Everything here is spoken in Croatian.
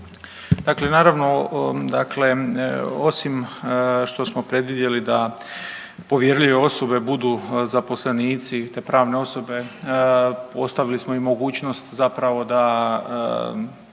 Dakle, naravno dakle osim što smo predvidjeli da povjerljive osobe budu zaposlenici te pravne osobe postavili smo i mogućnost zapravo da